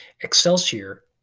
Excelsior